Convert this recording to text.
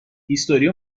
هیستوری